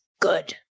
good